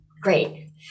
Great